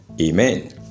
Amen